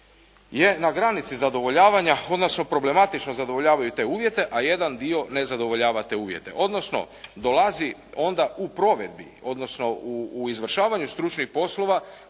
je na granici zadovoljavanja, odnosno problematično zadovoljavaju te uvjete, a jedan dio ne zadovoljava te uvjete. Odnosno, dolazi onda u provedbi, odnosno u izvršavanju stručnih poslova